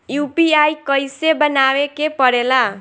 UPI कइसे बनावे के परेला?